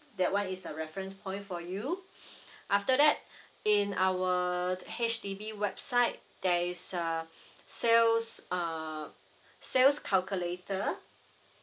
that one is a reference point for you after that in our H_D_B website there is a sales uh sales calculator